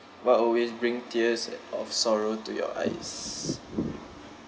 what always bring tears of sorrow to your eyes